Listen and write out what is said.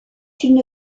une